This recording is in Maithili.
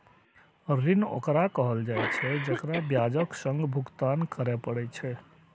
ऋण ओकरा कहल जाइ छै, जेकरा ब्याजक संग भुगतान करय पड़ै छै